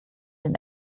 den